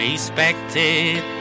Respected